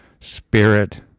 Spirit